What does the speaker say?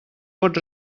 pot